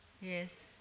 Yes